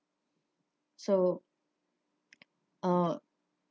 so uh